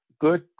good